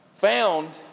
found